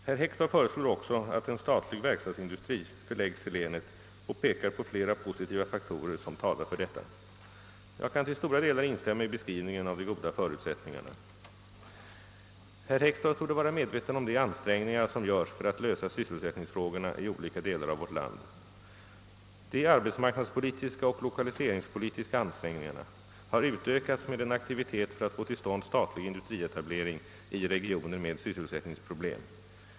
Herr Hector föreslår också att en statlig verkstadsindustri förläggs till länet och pekar på flera positiva faktorer, som talar för detta. Jag kan till stora delar instämma i beskrivningen av de goda förutsättningarna. Herr Hector torde vara medveten om de ansträngningar som görs för att lösa sysselsättningsfrågorna i olika delar av vårt land. De arbetsmarknadspolitiska och lokaliseringspolitiska ansträngningarna har utökats med en aktivitet för att få till stånd statlig industrietable ring i regioner med sysselsättningsproblem.